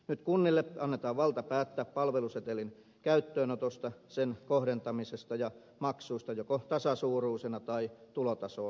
nyt kunnille annetaan valta päättää palvelusetelin käyttöönotosta sen kohdentamisesta ja maksuista joko tasasuuruisina tai tulotasoon sidottuina